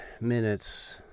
minutes